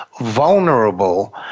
vulnerable